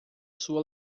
sua